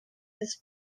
this